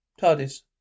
TARDIS